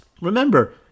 Remember